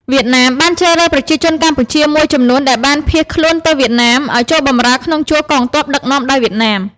វៀតណាមបានជ្រើសរើសប្រជាជនកម្ពុជាមួយចំនួនដែលបានភៀសខ្លួនទៅវៀតណាមឱ្យចូលបម្រើក្នុងជួរកងទ័ពដឹកនាំដោយវៀតណាម។